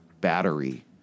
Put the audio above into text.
battery